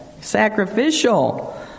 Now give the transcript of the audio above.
Sacrificial